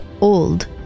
old